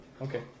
okay